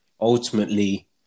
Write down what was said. ultimately